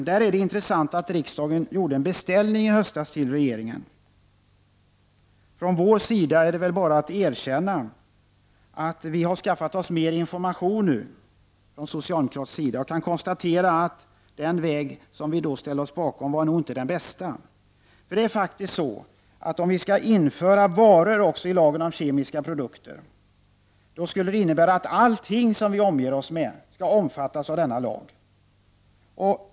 Där är det intressant att riksdagen i höstas gjorde en beställning till regeringen. Från socialdemokratisk sida är det bara att erkänna att vi nu har skaffat oss mer information och kan konstatera att den väg vi då ställde oss bakom inte var den bästa. Om också varor införs i lagen om kemiska produkter, innebär det att allt som vi omger oss med skall omfattas av denna lag.